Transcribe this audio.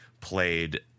played